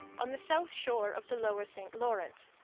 on the south shore of the lower st lawrence,